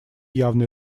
явной